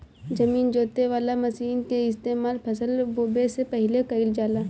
जमीन जोते वाला मशीन के इस्तेमाल फसल बोवे से पहिले कइल जाला